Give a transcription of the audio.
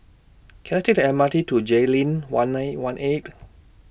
Can I Take The M R T to Jayleen one nine one eight